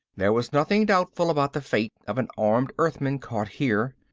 there was nothing doubtful about the fate of an armed earthman caught here.